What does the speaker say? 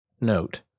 Note